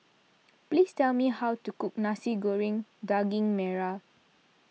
please tell me how to cook Nasi Goreng Daging Merah